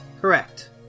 Correct